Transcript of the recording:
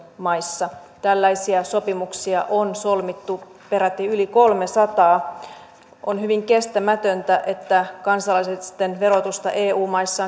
maissa tällaisia sopimuksia on solmittu peräti yli kolmesataa on hyvin kestämätöntä että kansalaisten verotusta eu maissa